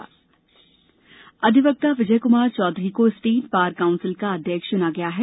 state bar चुनाव अधिवक्ता विजय कुमार चौधरी को स्टेट बार काउंसिल का अध्यक्ष चुना गया है